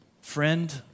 friend